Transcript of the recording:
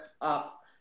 up